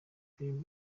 film